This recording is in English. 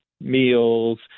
meals